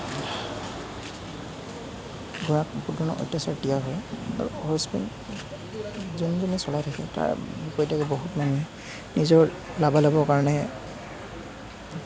ঘোঁৰাক বহুধৰণৰ অত্যাচাৰ দিয়া হয় আৰু হৰ্চবেক যোনবোৰে চলাই থাকে তাৰ প্ৰত্য়েকে বহুত মানে নিজৰ লাভালাভৰ কাৰণে